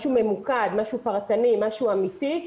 משהו ממוקד, משהו פרטני, משהו אמיתי.